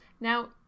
now